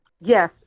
Yes